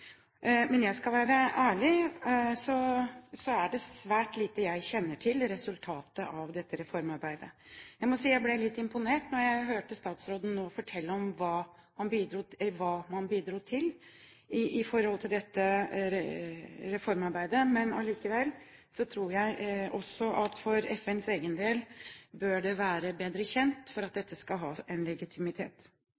Men skal jeg være ærlig, er det svært lite jeg kjenner til av resultater av dette reformarbeidet. Jeg må si jeg ble litt imponert da jeg hørte statsråden nå fortelle om hva man bidro til når det gjaldt reformarbeidet, men allikevel tror jeg at for FNs egen del bør dette være bedre kjent for at det